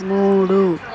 మూడు